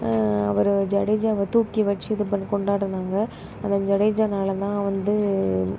அவர் ஜடேஜாவை தூக்கி வச்சு இது பண்ணி கொண்டாடுனாங்க அது ஜடேஜானால் தான் வந்து